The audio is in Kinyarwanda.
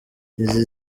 izi